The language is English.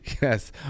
yes